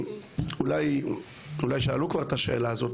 ואולי שאלו כבר את השאלה הזו,